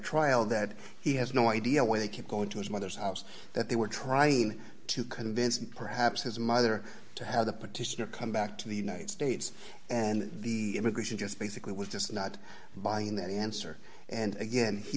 trial that he has no idea why they keep going to his mother's house that they were trying to convince perhaps his mother to have the petitioner come back to the united states and the immigration just basically was just not buying that answer and again he